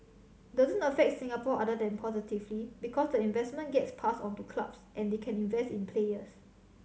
doesn't affect Singapore other than positively because the investment gets passed on to clubs and they can invest in players